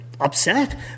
Upset